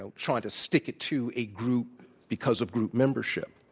so trying to stick it to a group because of group membership.